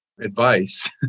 advice